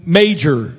major